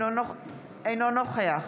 אינו נוכח